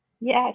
Yes